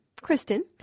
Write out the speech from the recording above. Kristen